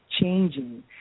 changing